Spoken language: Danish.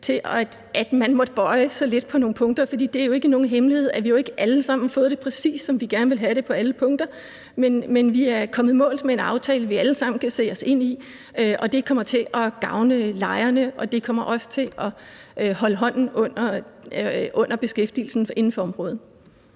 til at bøje sig lidt på nogle punkter. For det er jo ikke nogen hemmelighed, at vi jo ikke alle sammen har fået det præcist, som vi gerne ville have det på alle punkter, men vi er kommet i mål med en aftale, vi alle sammen kan se os selv i. Det kommer til at gavne lejerne, og det kommer også til at holde hånden under beskæftigelsen inden for området.